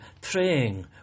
praying